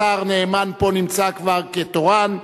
השר נאמן נמצא פה כתורן,